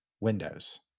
Windows